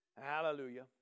Hallelujah